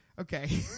okay